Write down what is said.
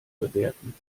bewerten